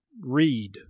Read